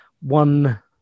one